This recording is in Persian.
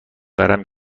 ورم